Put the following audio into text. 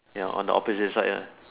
ya on the opposite side right